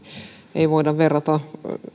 ei voida verrata